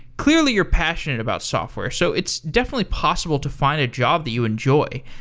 clearly, you're passionate about software, so it's definitely possible to find a job that you enjoy.